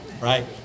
right